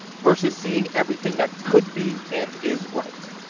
versus seeing everything that could be and is right.